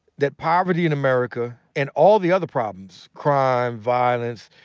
that poverty in america and all the other problems, crime, violence,